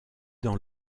dans